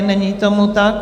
Není tomu tak.